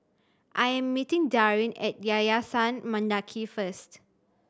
I am meeting Darin at Yayasan Mendaki first